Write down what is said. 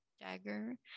dagger